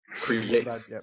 creates